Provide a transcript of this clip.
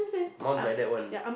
mums like that one